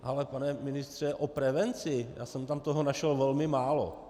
Ale pane ministře, o prevenci jsem tam toho našel velmi málo.